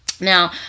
Now